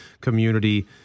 Community